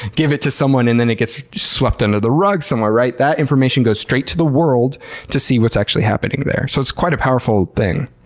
give it to someone and then it gets swept under the rug somewhere'. that information goes straight to the world to see what's actually happening there. so it's quite a powerful thing.